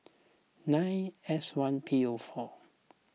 nine S one P O four